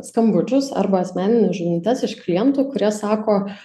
skambučius arba asmenines žinutes iš klientų kurie sako